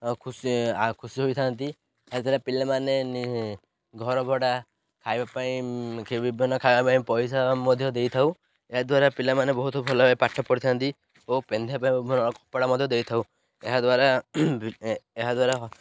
ଖୁସି ଖୁସି ହୋଇଥାନ୍ତି ଏହାଦ୍ୱାରା ପିଲାମାନେ ଘର ଭଡ଼ା ଖାଇବା ପାଇଁ ବିଭିନ୍ନ ଖାଇବା ପାଇଁ ପଇସା ମଧ୍ୟ ଦେଇଥାଉ ଏହାଦ୍ୱାରା ପିଲାମାନେ ବହୁତ ଭଲ ଭାବେ ପାଠ ପଢ଼ିଥାନ୍ତି ଓ ପାଇଁ କପଡ଼ା ମଧ୍ୟ ଦେଇଥାଉ ଏହାଦ୍ୱାରା ଏହାଦ୍ୱାରା